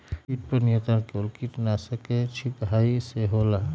किट पर नियंत्रण केवल किटनाशक के छिंगहाई से होल?